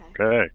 Okay